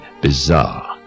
bizarre